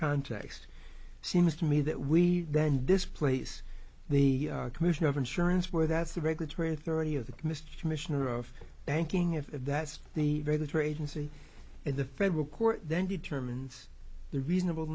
context seems to me that we then displace the commission of insurance where that's the regulatory authority of the mr commissioner of banking if that's the very literary agency in the federal court then determines the reasonable